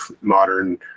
modern